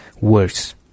worse